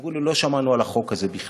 אמרו לי: לא שמענו על החוק הזה בכלל.